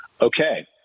okay